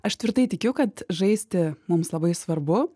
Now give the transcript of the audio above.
aš tvirtai tikiu kad žaisti mums labai svarbu